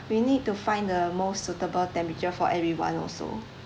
we need to find the most suitable temperature for everyone also